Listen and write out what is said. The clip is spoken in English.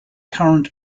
current